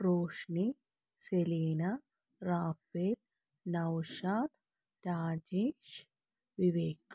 Roshni Selina Rafi Naushad Rajesh Vivek